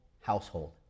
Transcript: household